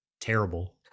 Terrible